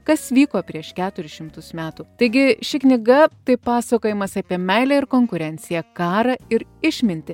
kas vyko prieš keturis šimtus metų taigi ši knyga tai pasakojimas apie meilę ir konkurenciją karą ir išmintį